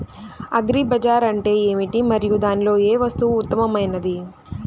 Agri Bazaar అంటే ఏమిటి మరియు దానిలో ఏ వస్తువు ఉత్తమమైనది?